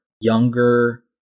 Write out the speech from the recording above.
younger